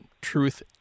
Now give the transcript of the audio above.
truth